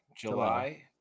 July